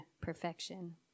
perfection